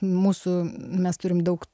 mūsų mes turim daug